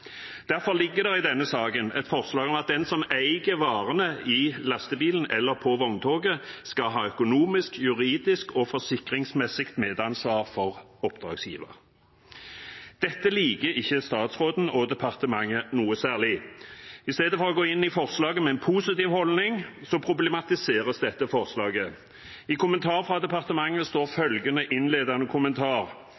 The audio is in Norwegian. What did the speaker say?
Derfor ligger det i denne saken inne et forslag om at den som eier varene i lastebilen eller på vogntoget, skal ha økonomisk, juridisk og forsikringsmessig medansvar for oppdragsgiver. Dette liker ikke statsråden og departementet noe særlig. I stedet for at man går inn i forslaget med en positiv holdning, problematiseres det. I kommentaren fra departementet står